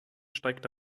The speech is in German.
steigt